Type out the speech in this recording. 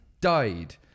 died